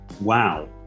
Wow